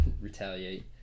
retaliate